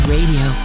Radio